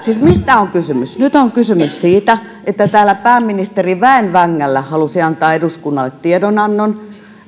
siis mistä on kysymys nyt on kysymys siitä että täällä pääministeri väen vängällä halusi antaa eduskunnalle tiedonannon